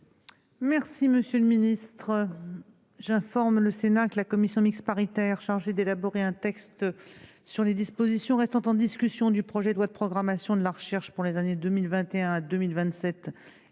qui ont été déposés. J'informe le Sénat que la commission mixte paritaire chargée d'élaborer un texte sur les dispositions restant en discussion du projet de loi de programmation de la recherche pour les années 2021 à 2027